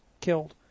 Killed